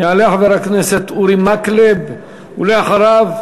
יעלה חבר הכנסת אורי מקלב, ואחריו,